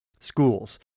schools